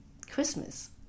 Christmas